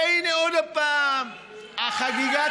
והינה, עוד הפעם, החגיגה